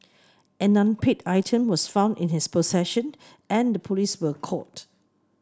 an unpaid item was found in his possession and the police were called